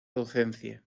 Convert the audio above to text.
docencia